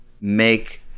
make